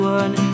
one